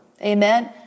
Amen